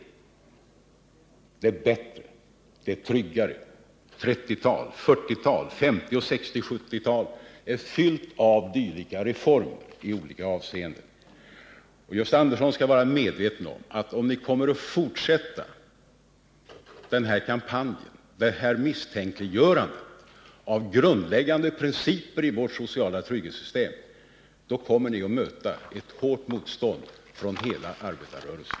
1930-talet, 1940-talet, 1950-talet, 1960-talet och 1970-talet är fyllda av dylika reformer i olika avseenden. Gösta Andersson skall vara medveten om att om ni kommer att fortsätta den här kampanjen, det här misstänkliggörandet av grundläggande principer i vårt sociala trygghetssystem, kommer ni att möta hårt motstånd från hela arbetarrörelsen.